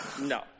No